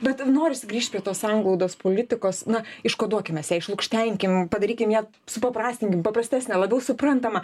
bet norisi grįžt prie tos sanglaudos politikos na iškoduokim mes ją išlukštenkim padarykim ją supaprastinkim paprastesnę labiau suprantamą